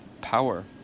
power